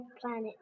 planet